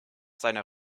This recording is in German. seiner